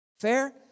Fair